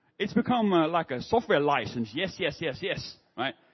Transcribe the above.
it's become ah like a software license. yes, yes, yes, yes. but